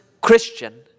Christian